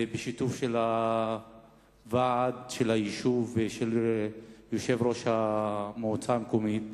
בשיתוף של הוועד של היישוב ושל יושב-ראש המועצה המקומית.